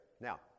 Now